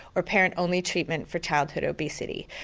or parent only treatment for childhood obesity.